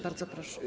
Bardzo proszę.